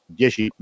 dieci